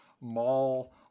mall